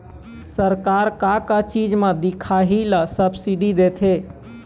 सरकार का का चीज म दिखाही ला सब्सिडी देथे?